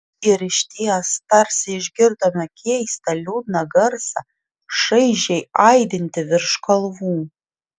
ir išties tarsi išgirdome keistą liūdną garsą šaižiai aidintį virš kalvų